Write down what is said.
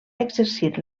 exercit